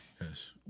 yes